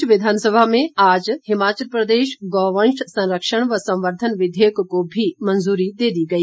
इस बीच विधानसभा में आज हिमाचल प्रदेश गौवंश संरक्षण व संवर्धन विधेयक को भी मंजूरी दे दी गई